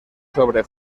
sobre